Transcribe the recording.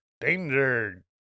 Danger